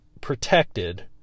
protected